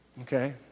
Okay